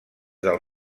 del